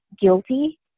guilty